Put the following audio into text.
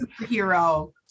superhero